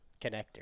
connector